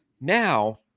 Now